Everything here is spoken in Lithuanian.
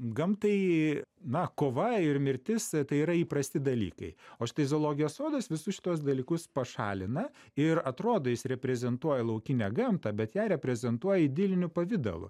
gamtai na kova ir mirtis tai yra įprasti dalykai o štai zoologijos sodas visus šituos dalykus pašalina ir atrodo jis reprezentuoja laukinę gamtą bet ją reprezentuoja idiliniu pavidalu